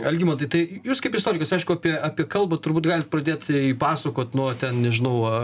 algimantai tai jūs kaip istorikas aišku apie apie kalbą turbūt galit pradėt pasakot nuo ten nežinau